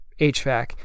HVAC